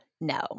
no